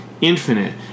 infinite